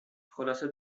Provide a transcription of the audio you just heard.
خلاصه